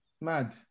mad